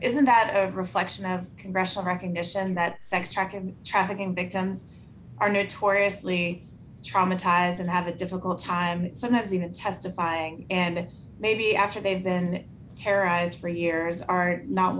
isn't that reflection have congressional recognition that sex track in trafficking victims are notoriously traumatized and have a difficult time sometimes even testifying and maybe after they've been terrorized for years are not